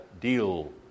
deal